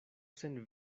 sen